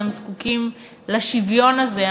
והם זקוקים לשוויון הזה,